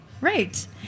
Right